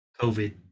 COVID